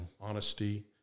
honesty